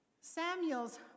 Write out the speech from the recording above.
Samuel's